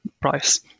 price